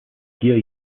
vier